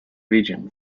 region